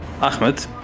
Ahmed